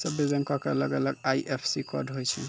सभ्भे बैंको के अलग अलग आई.एफ.एस.सी कोड होय छै